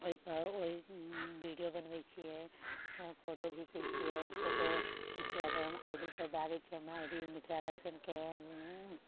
ओहिपर ओहि विडियो बनबै छियै फोटो घिचै छियै ओ फोटो इन्सटाग्राम आई डी पर डालै छियै अपना आई डी मिथिला दर्शनके